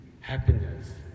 happiness